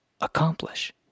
Accomplish